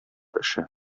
эше